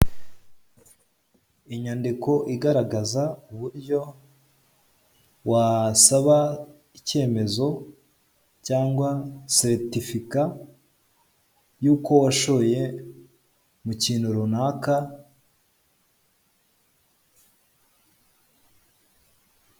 Inyandiko igaragaza uburyo wasaba icyemezo cyangwa ceritifika yuko washoye mu kintu runaka..